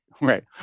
Right